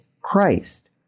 Christ